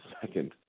second